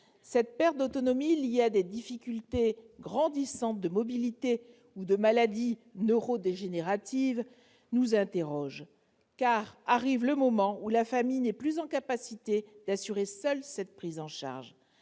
Cette perte d'autonomie, liée à des difficultés grandissantes de mobilité ou à une maladie neurodégénérative, nous interroge. Car arrive le moment où la famille n'est plus en capacité d'assurer seule la prise en charge.